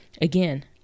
Again